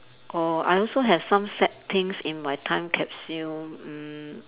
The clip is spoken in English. orh I also have some sad things in my time capsule mm